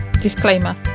Disclaimer